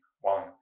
one